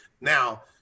Now